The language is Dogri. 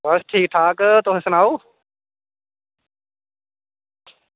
बस ठीक ठाक तुस सनाओ